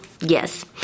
yes